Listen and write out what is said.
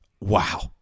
Wow